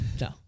no